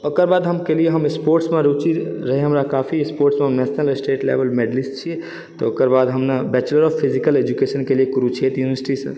ओकर बाद हम कए लियै हम स्पोर्ट्समे रूचि रहै हमरा काफी स्पोर्ट्समे नेशनल स्टेट लेवल मेडेलिस्ट छियै तऽ ओकरबाद हम ने बैचलर ऑफ फिजिकल एजुकेशन कएलियै कुरुक्षेत्र युनिवर्सिटीसँ